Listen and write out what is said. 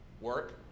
work